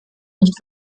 nicht